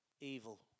evil